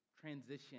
transition